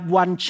one